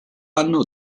anno